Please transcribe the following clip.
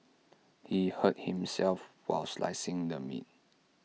he hurt himself while slicing the meat